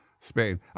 Spain